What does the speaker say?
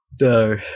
No